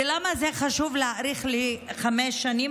ולמה זה חשוב להאריך לחמש שנים?